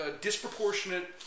disproportionate